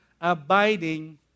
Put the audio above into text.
abiding